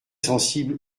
sensible